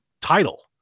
title